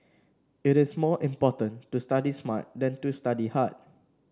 it is more important to study smart than to study hard